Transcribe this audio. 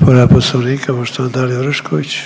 Povreda Poslovnika, poštovana Dalija Orešković.